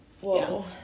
Whoa